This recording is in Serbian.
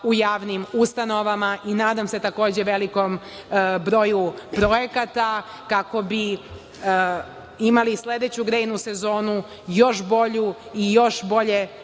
u javnim ustanovama. Nadam se, takođe, velikom broju projekata, kako bi imali i sledeću grejnu sezonu i još bolje